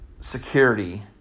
security